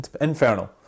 Infernal